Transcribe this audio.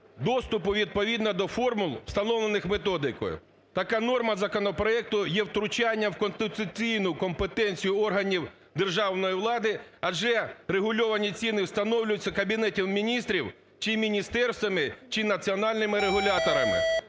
доступу відповідно до формул, встановлених методикою. Така норма законопроекту є втручанням в конституційну компетенцію органів державної влади, адже врегульовані ціни встановлюються Кабінетом Міністрів чи міністерствами, чи національними регуляторами.